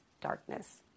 darkness